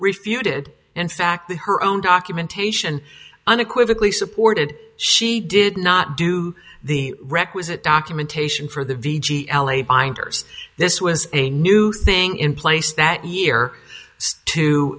refuted in fact the her own documentation unequivocally supported she did not do the requisite documentation for the v g l a binders this was a new thing in place that year